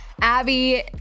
Abby